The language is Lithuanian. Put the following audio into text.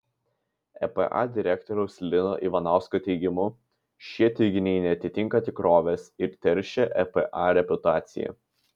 epa direktoriaus lino ivanausko teigimu šie teiginiai neatitinka tikrovės ir teršia epa reputaciją